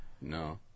No